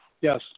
Yes